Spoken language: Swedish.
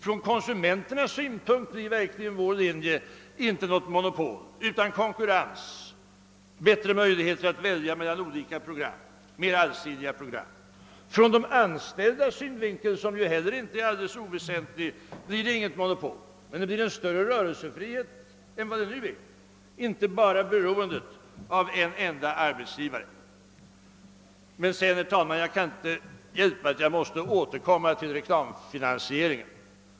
Från konsumenternas synpunkt leder verkligen vår linje inte till något monopol utan till konkurrens: det blir bättre möjligheter att välja mellan olika program, programmen blir mer allsidiga. Från de anställdas synpunkt — som ju heller inte är alldeles oväsentlig — blir det inget monopol, men rörelsefriheten blir större än den nu är. De anställda blir inte beroende av en enda arbetsgivare. Jag kan inte hjälpa, herr talman, att jag måste återkomina till reklamfinansieringen.